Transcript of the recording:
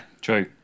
true